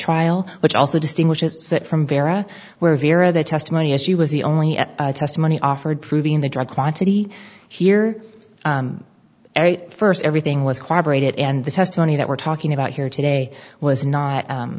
trial which also distinguishes it from vera where the testimony as she was the only testimony offered proving the drug quantity here first everything was cooperated and the testimony that we're talking about here today was not u